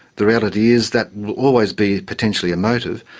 the reality is that will always be potentially a motive.